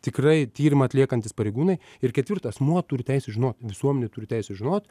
tikrai tyrimą atliekantys pareigūnai ir ketvirtą asmuo turi teisę žinoti visuomenė turi teisę žinot